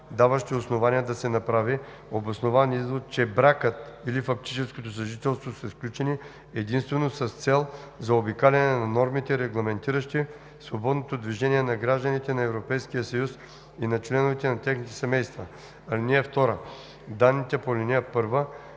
даващи основание да се направи обоснован извод, че бракът или фактическото съжителство са сключени единствено с цел заобикаляне на нормите, регламентиращи свободното движение на гражданите на Европейския съюз и на членовете на техните семейства. (2) Данните по ал. 1